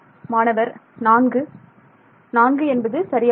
மாணவர் 4 நான்கு என்பது சரியானது